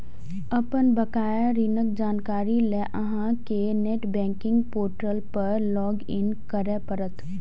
अपन बकाया ऋणक जानकारी लेल अहां कें नेट बैंकिंग पोर्टल पर लॉग इन करय पड़त